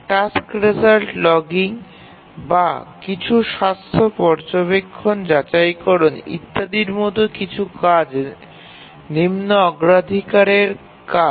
task result logging বা কিছু স্বাস্থ্য পর্যবেক্ষণ যাচাইকরণ ইত্যাদি হল কিছু নিম্ন অগ্রাধিকারের কাজ